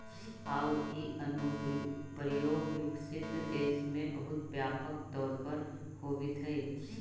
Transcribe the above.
आउ इ अनुप्रयोग विकसित देश में बहुत व्यापक तौर पर होवित हइ